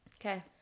Okay